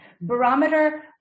barometer